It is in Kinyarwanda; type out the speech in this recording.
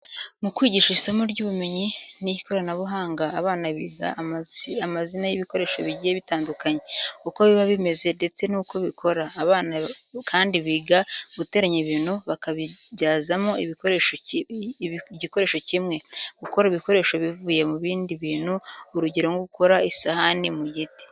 Mu kwigisha isomo ry'ubumenyi n'ikoranabuhanga, abana biga amazina y'ibikoresho bigiye bitandukanye, uko biba bimeze ndetse n'uko bikora. Abana kandi biga, guteranya ibintu bakabibyazamo igikoresho kimwe, gukora ibikoresho bivuye mu bindi bintu, urugero nko gukora isahani mu giti.